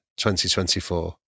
2024